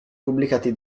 pubblicati